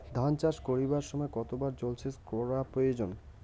ধান চাষ করিবার সময় কতবার জলসেচ করা প্রয়োজন?